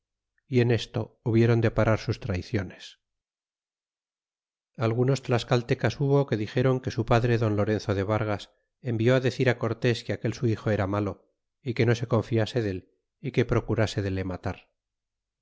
y en esto hubiéron de parar sus trayciones algunos tlascaltecas hubo que dixéron que su padre don lorenzo de vargas envió á decir cortés que aquel su hijo era malo y que no se confiase del y que procurase de le matar